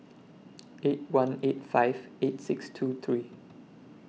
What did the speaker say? eight one eight five eight six two three